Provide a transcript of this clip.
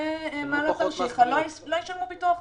שתושבי מעלות תרשיחא לא ישלמו ביטוח משלים,